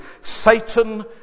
Satan